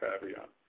caveat